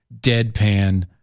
deadpan